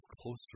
closer